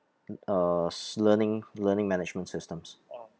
mm uh s~ learning learning management systems